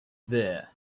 there